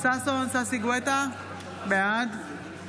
ששון ששי גואטה, בעד